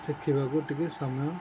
ଶିଖିବାକୁ ଟିକେ ସମୟ